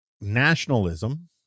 nationalism